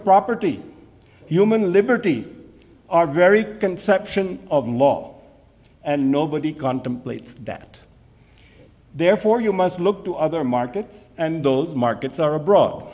property human liberty our very conception of law and nobody contemplates that therefore you must look to other markets and those markets are abroad